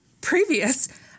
previous